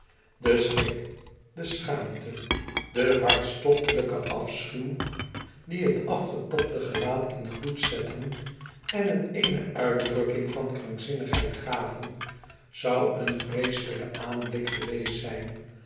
de schrik de schaamte de hartstochtelijke afschuw die het afgetobde gelaat in gloed zetten en het eene uitdrukking van krankzinnigheid gaven zou een vreeselijke aanblik geweest zijn